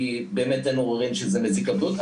כי באמת אין עוררין שזה מזיק לבריאות.